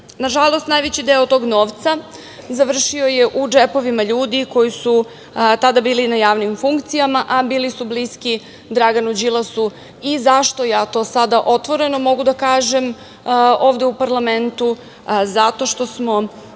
koristi. Nažalost, najveći deo tog novca završio je u džepovima ljudi koji su tada bili na javnim funkcijama, a bili su bliski Draganu Đilasu. Zašto ja to sada mogu otvoreno da kažem ovde u parlamentu? Zato što smo